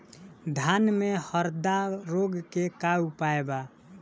धान में हरदा रोग के का उपाय बा?